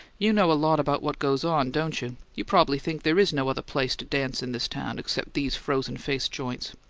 you know a lot about what goes on, don't you? you prob'ly think there's no other place to dance in this town except these frozen-face joints.